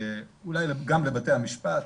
אולי גם לבתי המשפט,